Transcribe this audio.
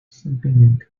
sleeping